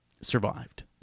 survived